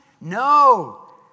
No